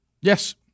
Yes